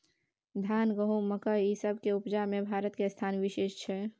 धान, गहूम, मकइ, ई सब के उपजा में भारत के स्थान विशेष छै